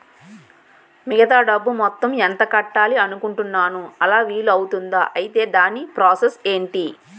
మిగతా డబ్బు మొత్తం ఎంత కట్టాలి అనుకుంటున్నాను అలా వీలు అవ్తుంధా? ఐటీ దాని ప్రాసెస్ ఎంటి?